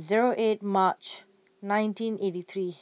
Zero eight March nineteen eighty three